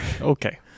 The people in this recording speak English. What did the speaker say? Okay